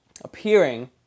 appearing